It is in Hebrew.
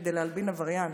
כדי להלבין עבריין.